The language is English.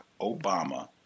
Obama